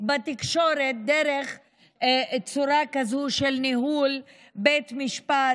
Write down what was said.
בתקשורת דרך צורה כזאת של ניהול בית משפט: